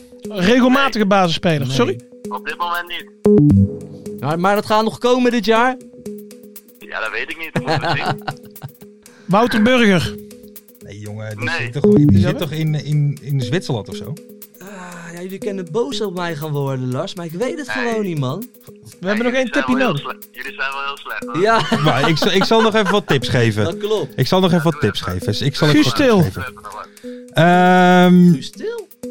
Regelmatige Nee. basisspeler, Nee. sorry? Op dit moment niet. Maar- maar dat gaat nog komen dit jaar? Ja, dat weet ik niet, dat moeten we zien. Wouter Burger. Nee, jongen, die Nee. zit toch- die- die zit Zit hij? toch in, eh, in- in Zwitserland of zo? Ah, ja, jullie kennen boos op mij gaan worden, Lars, maar ik weet het Nee. gewoon niet, man. We Nee, hebben nog jullie één zijn tipje wel heel nodig. sle- jullie zijn wel heel slecht, hoor. Ja. Maar ik zal- ik zal nog even wat tips geven. Ja, dat klopt. Mm. Ik zal nog Ja, even wat doe even. tips geven. Ik zal Guus even wat Til. tips geven. Doe even maar. Ehm, Guus Til?